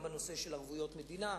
בנושא של ערבויות מדינה,